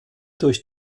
durch